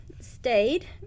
stayed